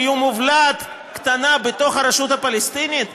הם יהיו מובלעת קטנה בתוך הרשות הפלסטינית?